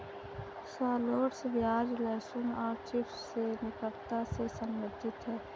shallots प्याज, लहसुन और चिव्स से निकटता से संबंधित है